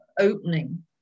opening